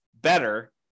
better